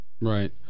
Right